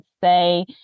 say